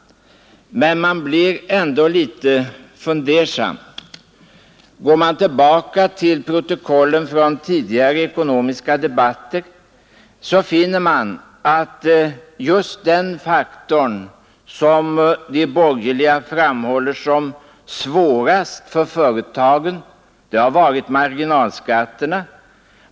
Men man blir ändå litet fundersam. Går man tillbaka i protokollen från tidigare ekonomiska debatter, finner man att den faktor som de borgerliga framhållit som svårast för företagen har varit just marginalskatterna.